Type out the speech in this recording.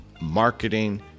marketing